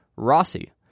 Rossi